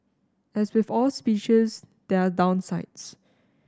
as with all speeches there are downsides